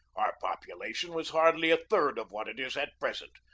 our population was hardly a third of what it is at present.